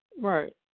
Right